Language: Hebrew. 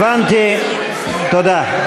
הבנתי, תודה.